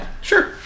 sure